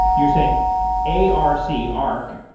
you're saying a r c, arc.